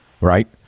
Right